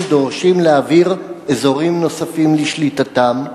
דורשים להעביר אזורים נוספים לשליטתם,